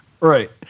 right